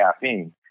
caffeine